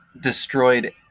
destroyed